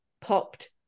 popped